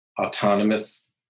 autonomous